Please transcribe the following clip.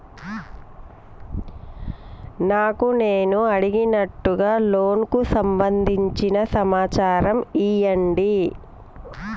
నాకు నేను అడిగినట్టుగా లోనుకు సంబందించిన సమాచారం ఇయ్యండి?